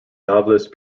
novelist